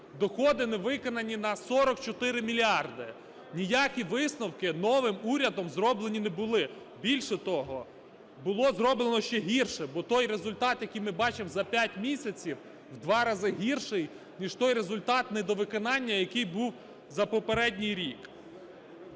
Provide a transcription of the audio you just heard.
доходи не виконані на 44 мільярди. Ніякі висновки новим урядом зроблені не були. Більше того, було зроблено ще гірше. Бо той результат, який ми бачимо за 5 місяців, в 2 рази гірший, ніж той результат недовиконання, який був за попередній рік.